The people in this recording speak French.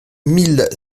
mille